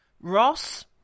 ross